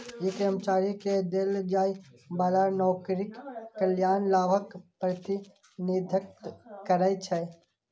ई कर्मचारी कें देल जाइ बला नौकरीक कल्याण लाभक प्रतिनिधित्व करै छै